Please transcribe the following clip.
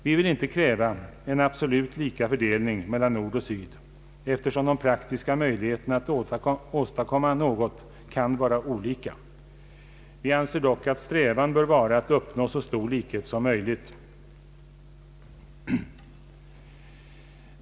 Vi kan inte kräva en absolut lika fördelning mellan Nordoch Sydvietnam — eftersom de praktiska möjligheterna att åstadkomma något kan vara olika. Vi anser dock att strävan bör vara att uppnå så stor likhet som möjligt.